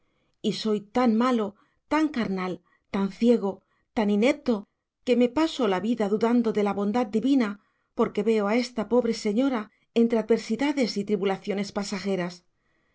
y soy tan malo tan carnal tan ciego tan inepto que me paso la vida dudando de la bondad divina porque veo a esta pobre señora entre adversidades y tribulaciones pasajeras